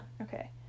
Okay